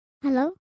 Hello